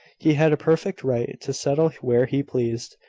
he had a perfect right to settle where he pleased.